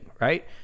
right